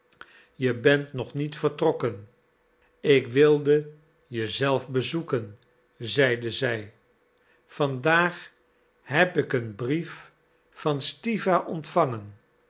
je bent nog niet vertrokken ik wilde je zelf bezoeken zeide zij vandaag heb ik een brief van stiwa ontvangen